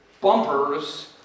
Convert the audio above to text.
bumpers